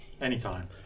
Anytime